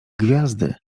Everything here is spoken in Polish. gwiazdy